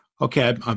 okay